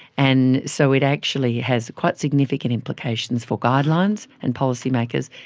and so it actually has quite significant implications for guidelines and policy makers,